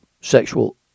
sexual